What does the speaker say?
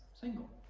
single